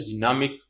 dynamic